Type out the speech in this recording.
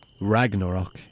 Ragnarok